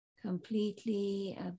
Completely